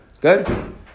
Good